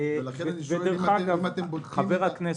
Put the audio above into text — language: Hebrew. לכן אני שואל אם אתם בודקים -- חבר הכנסת,